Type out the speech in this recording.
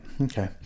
Okay